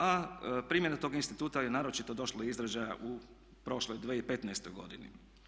A primjena tog instituta je naročito došla do izražaja u prošloj 2015.godini.